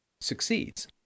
succeeds